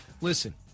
Listen